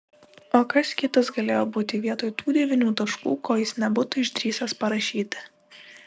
o kas kitas galėjo būti vietoj tų devynių taškų ko jis nebūtų išdrįsęs parašyti